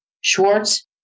Schwartz